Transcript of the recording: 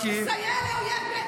אני לא מצליח לדבר.